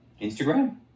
Instagram